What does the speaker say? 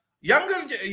younger